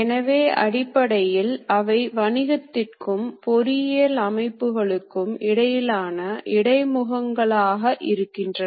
எஞ்சிய பின்னடைவு இருந்தாலும கூட பெரும்பாலும் இந்த இயந்திரங்களில் அவை ஈடு செய்யப்படுகிறது